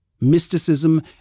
mysticism